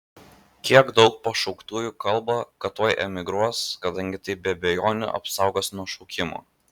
kiek daug pašauktųjų kalba kad tuoj emigruos kadangi tai be abejonių apsaugos nuo šaukimo